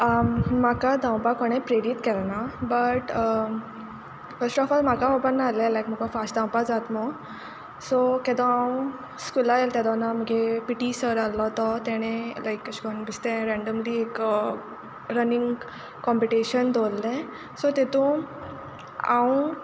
म्हाका धांवपाक कोणें प्रेरीत केलें ना बट फस्ट ऑफ ऑल म्हाका खबोर नासलेलें लायक म्हाका फास्ट धांवपाक जाता म्हूण सो तेदो हांव स्कुला गेलें तेदोना म्हुगे पीटी सर आहलो तो तेणे लायक एशे कोन्न बेश्टें रेंडमली रनींग कंम्पिटिशन दोवरलें सो तेतूंत हांव